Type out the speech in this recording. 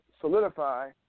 solidify